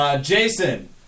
Jason